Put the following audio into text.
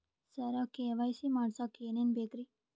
ಸರ KYC ಮಾಡಸಕ್ಕ ಎನೆನ ಬೇಕ್ರಿ?